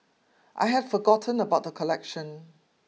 I had forgotten about the collection